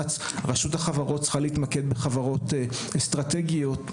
רשות החברות צריכה להתמקד בחברות אסטרטגיות,